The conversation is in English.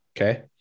okay